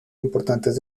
importantes